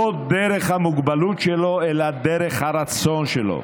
לא דרך המוגבלות שלו אלא דרך הרצון שלו,